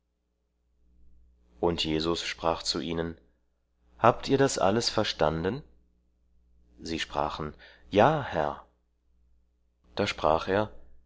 und jesus sprach zu ihnen habt ihr das alles verstanden sie sprachen ja herr da sprach er